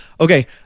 Okay